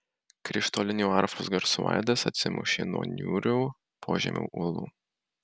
krištolinių arfos garsų aidas atsimušė nuo niūrių požemio uolų